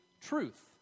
truth